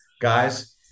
guys